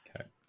Okay